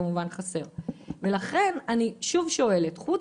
אני שואלת שוב